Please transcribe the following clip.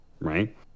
right